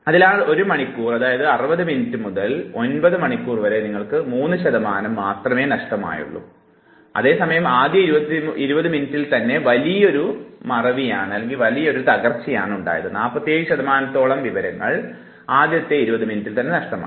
അതിനാൽ ഒരു മണിക്കൂർ മുതൽ അതായത് 60 മിനിറ്റ് മുതൽ 9 മണിക്കൂർ വരെ നിങ്ങൾക്ക് 3 ശതമാനത്തോളം നഷ്ടം ഉണ്ടായിട്ടുള്ളൂ അതേസമയം ആദ്യ 20 മിനിറ്റിനുള്ളിൽ വലിയൊരു തകർച്ചയാണ് ഉണ്ടായിട്ടുള്ളത് 47 ശതമാനത്തോളം വിവരങ്ങൾ നഷ്ടപ്പെടുകയുണ്ടായി